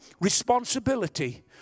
responsibility